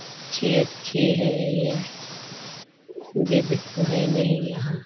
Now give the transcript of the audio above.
पक्षी अच्छे हैं गिद्ध तो है नहीं यहाँ